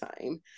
time